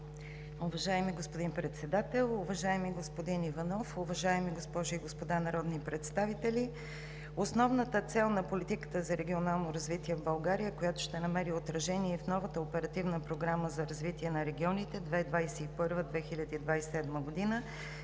Уважаеми господин Председател, уважаеми господин Иванов, уважаеми госпожи и господа народни представители! Основната цел на политиката за регионално развитие в България, която ще намери отражение в новата Оперативна програма за развитие на регионите 2021 – 2027 г.,